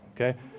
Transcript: Okay